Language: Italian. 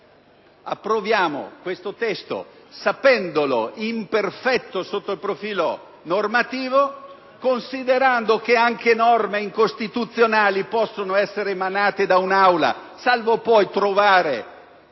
approvare questo testo sapendolo imperfetto sotto il profilo normativo, considerando che anche norme incostituzionali possono essere emanate da un'Aula, salvo poi trovare